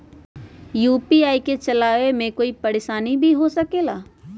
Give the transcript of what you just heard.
UPI के चलावे मे कोई परेशानी भी हो सकेला?